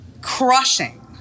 crushing